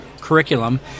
curriculum